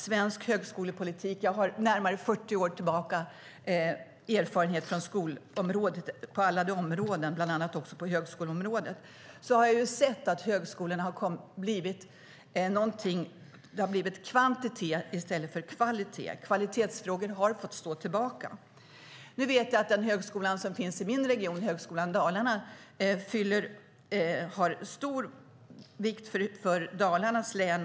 Jag har närmare 40 års erfarenhet från alla skolområden, bland annat högskoleområdet, och jag har sett att det i högskolorna handlar om kvantitet i stället för kvalitet. Kvalitetsfrågor har fått stå tillbaka. Vi vet att den högskola som finns i min region, Högskolan Dalarna, är av stor vikt för Dalarnas län.